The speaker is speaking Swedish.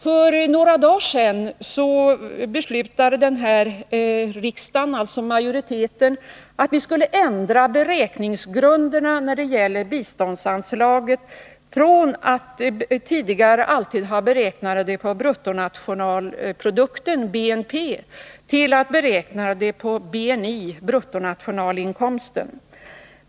För några dagar sedan beslutade majoriteten här i riksdagen att vi skulle ändra beräkningsgrunderna när det gäller biståndsanslaget. Från att tidigare alltid ha beräknats på BNP skulle anslaget beräknas på BNI, bruttonationalinkomsten.